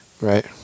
Right